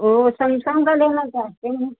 वो समसंग का लेना चाहती हूँ